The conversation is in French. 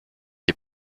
des